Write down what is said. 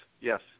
yes